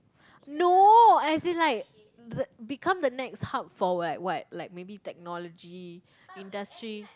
no as in like the become the next hub for like what like maybe technology industry